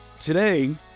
Today